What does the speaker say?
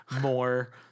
more